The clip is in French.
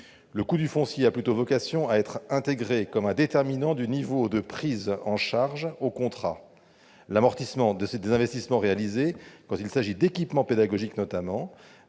Le coût du foncier a plutôt vocation à être intégré comme un déterminant du niveau de prise en charge au contrat. L'amortissement des investissements réalisés, quand il s'agit d'équipements pédagogiques notamment,